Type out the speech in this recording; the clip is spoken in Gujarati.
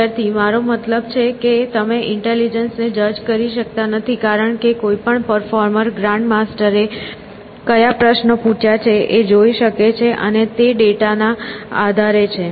વિદ્યાર્થી મારો મતલબ છે કે તમે ઇન્ટેલિજન્સ ને જજ કરી શકતા નથી કારણ કે કોઈ પણ પરફોર્મર ગ્રાન્ડ માસ્ટર એ કયા પ્રશ્નો પૂછ્યા છે એ જોઈ શકે છે અને તે ડેટા ના આધારે છે